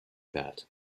that